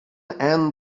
and